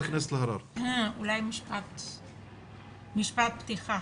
רק משפט פתיחה.